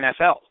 NFL